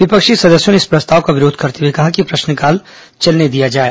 विपक्षी सदस्यों ने इस प्रस्ताव का विरोध करते हुए कहा कि प्रश्नकाल चलने दिया जाए